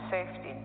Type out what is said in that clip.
Safety